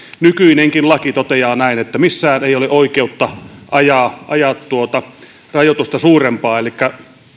nykyinenkin laki toteaa että missään ei ole oikeutta ajaa rajoitusta suurempaa nopeutta elikkä